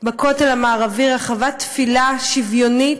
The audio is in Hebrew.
בכותל המערבי, רחבת תפילה שוויונית,